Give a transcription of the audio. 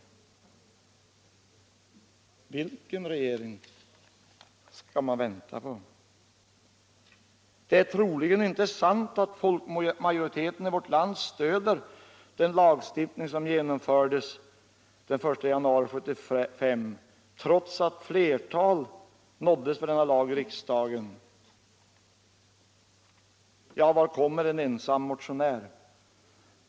Vilken regering skall man vänta på? Det är troligen inte sant att folkmajoriteten i vårt land stöder den lagstiftning som genomfördes den 1 januari 1975, trots det flertal som nåddes för denna lag i riksdagen. Men vart kommer en ensam motionär?